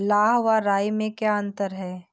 लाह व राई में क्या अंतर है?